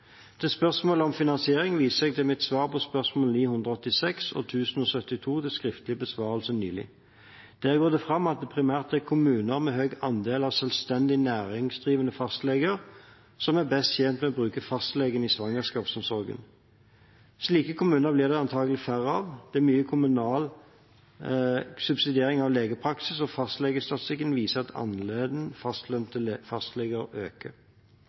Til spørsmålet om finansiering viser jeg til mitt svar på spørsmål 986 og 1072 til skriftlig besvarelse nylig. Der går det fram at det primært er kommuner med høy andel av selvstendig næringsdrivende fastleger som er best tjent med å bruke fastlegen i svangerskapsomsorgen. Slike kommuner blir det antakelig færre av. Det er mye kommunal subsidiering av legepraksis, og fastlegestatistikken viser at andelen fastlønnede fastleger øker.